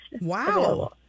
Wow